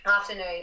Afternoon